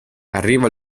arriva